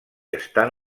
estan